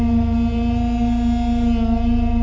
a